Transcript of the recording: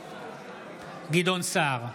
גדעון סער,